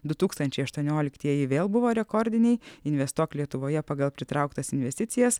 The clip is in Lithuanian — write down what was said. du tūkstančiai aštuonioliktieji vėl buvo rekordiniai investuok lietuvoje pagal pritrauktas investicijas